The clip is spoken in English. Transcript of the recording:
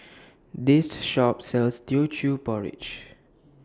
This Shop sells Teochew Porridge